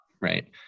right